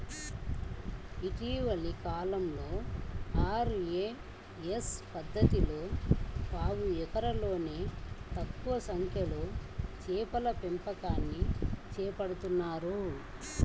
ఇటీవలి కాలంలో ఆర్.ఏ.ఎస్ పద్ధతిలో పావు ఎకరంలోనే ఎక్కువ సంఖ్యలో చేపల పెంపకాన్ని చేపడుతున్నారు